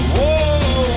Whoa